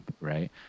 right